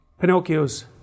Pinocchio's